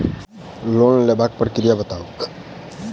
Loan लेबाक प्रक्रिया बताऊ?